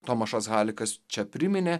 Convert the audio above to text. tomašas halikas čia priminė